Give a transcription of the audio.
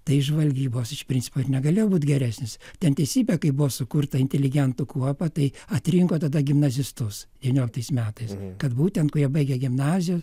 tai žvalgybos iš principo ir negalėjo būti geresnis ten teisybė kaip buvo sukurta inteligentų kuopa tai atrinko tada gimnazistus devynioliktais metais kad būtent kurie baigę gimnaziją